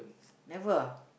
never ah